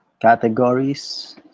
categories